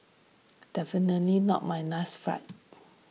definitely not my last fight